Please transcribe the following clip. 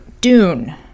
Dune